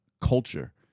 culture